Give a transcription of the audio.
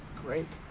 great.